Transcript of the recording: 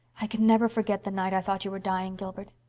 i can never forget the night i thought you were dying, gilbert.